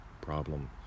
problem